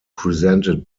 presented